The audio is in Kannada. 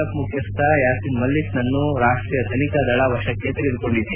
ಎಫ್ ಮುಖ್ನಸ್ವ ಯಾಸಿನ್ ಮಲಿಕ್ನನ್ನು ರಾಷ್ಟೀಯ ತನಿಖಾದಳ ವಶಕ್ಕೆ ತೆಗೆದುಕೊಂಡಿದೆ